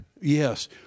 Yes